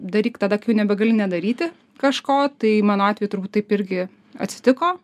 daryk tada kai jau nebegali nedaryti kažko tai mano atveju turbūt taip irgi atsitiko